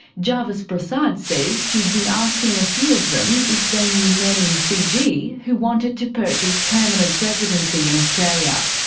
jarvis prasad says she'd been asking a few of them if they knew men in fiji who wanted to purchase permanent residency in australia.